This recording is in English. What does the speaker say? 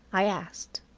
i asked.